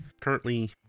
currently